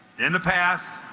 in the past